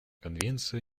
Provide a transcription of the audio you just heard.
конвенция